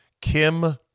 Kim